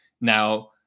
Now